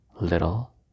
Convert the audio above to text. Little